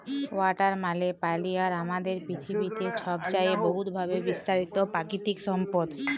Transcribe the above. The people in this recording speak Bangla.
ওয়াটার মালে পালি আর আমাদের পিথিবীতে ছবচাঁয়ে বহুতভাবে বিস্তারিত পাকিতিক সম্পদ